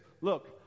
look